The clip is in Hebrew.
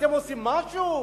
אתם עושים משהו?